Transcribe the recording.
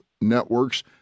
networks